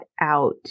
out